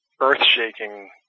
earth-shaking